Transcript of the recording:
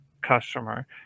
customer